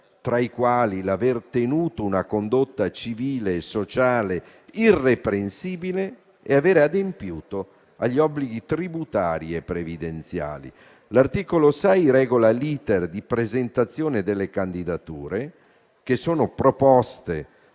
tra i quali l'aver tenuto una condotta civile e sociale irreprensibile e aver adempiuto agli obblighi tributari e previdenziali. L'articolo 6 regola l'*iter* di presentazione delle candidature, che sono proposte